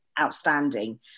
outstanding